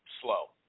slow